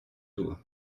tour